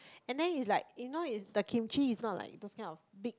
and then is like you know is the Kimchi is not like those kind of big